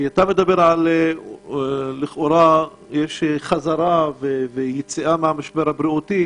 אתה מדבר על כך שלכאורה יש חזרה ויציאה מהמשבר הבריאותי,